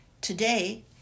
Today